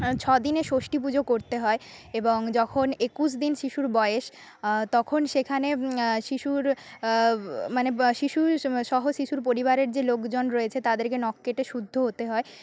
ছ দিনে ষষ্টিপূজো করতে হয় এবং যখন একুশ দিন শিশুর বয়স আ তখন সেখানে আ শিশুর মানে শিশুর সহ শিশুর পরিবারের যে লোকজন রয়েছে তাদেরকে নখ কেটে শুদ্ধ হতে হয়